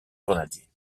grenadiers